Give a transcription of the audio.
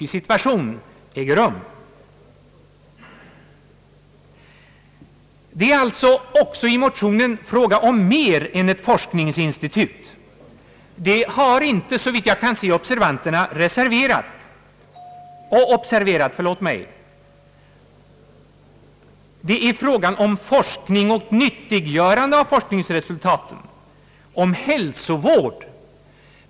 Det är alltså inte riktigt som herr Hedlund säger att man internationellt sett inte alls vet vad man skall göra. I motionen är det fråga om mer än ett forskningsinstitut. Det har inte, såvitt jag kan se, reservanterna observerat. Det är fråga om forskning och nyttiggörande av forskningsresultat, om hälsovård.